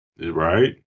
Right